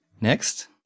Next